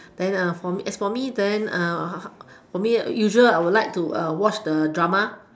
then uh for me as for me then usual I would like to watch the drama